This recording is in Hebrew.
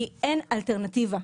כי אין אלטרנטיבה.